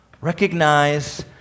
Recognize